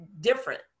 different